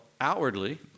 outwardly